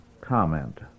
comment